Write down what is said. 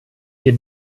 wir